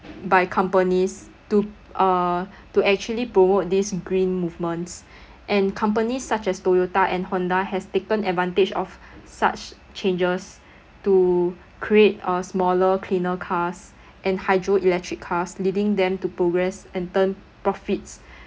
by companies to uh to actually promote this green movements and companies such as toyota and honda has taken advantage of such changes to create uh smaller cleaner cars and hydroelectric cars leading them to progress and turn profits